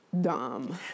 dumb